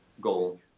goal